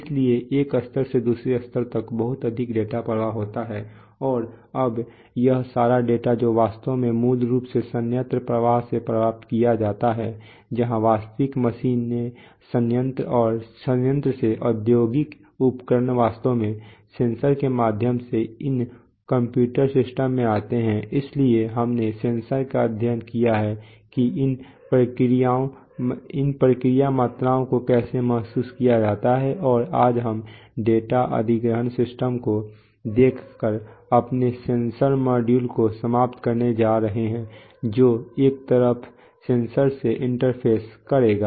इसलिए एक स्तर से दूसरे स्तर तक बहुत अधिक डेटा प्रवाह होता है और अब यह सारा डेटा जो वास्तव में मूल रूप से संयंत्र प्रवाह से प्राप्त किया जाता है जहां वास्तविक मशीनें संयंत्र से औद्योगिक उपकरण वास्तव में सेंसर के माध्यम से इन कंप्यूटर सिस्टम में आते हैं इसलिए हमने सेंसर का अध्ययन किया है कि इन प्रक्रिया मात्राओं को कैसे महसूस किया जाता है और आज हम डेटा अधिग्रहण सिस्टम को देखकर अपने सेंसर मॉड्यूल को समाप्त करने जा रहे हैं जो एक तरफ सेंसर से इंटरफेस करेगा